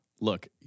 look